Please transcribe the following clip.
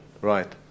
Right